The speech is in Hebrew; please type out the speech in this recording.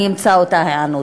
אני אמצא את אותה היענות.